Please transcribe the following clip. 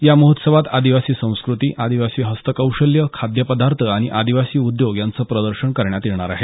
या महोत्सवात आदिवासी संस्कृती आदिवासी हस्तकौशल्य खाद्यपदार्थ आणि आदिवासी उद्योग यांचं प्रदर्शन करण्यात येणार आहे